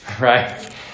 Right